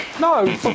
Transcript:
no